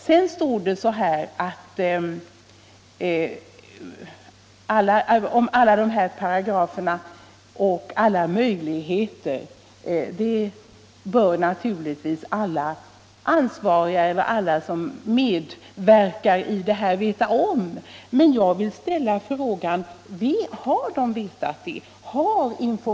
Sedan talas det i svaret om alla paragrafer och alla möjligheter som finns. Det bör naturligtvis alla ansvariga eller alla som medverkar i sådana fall känna till. Jag vill emellertid ställa frågan: Har de verkligen vetat det?